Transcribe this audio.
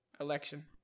election